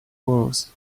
was